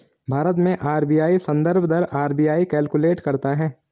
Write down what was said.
भारत में आर.बी.आई संदर्भ दर आर.बी.आई कैलकुलेट करता है